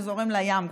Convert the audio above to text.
הוא זורם לים,